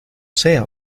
sea